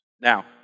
Now